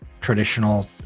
traditional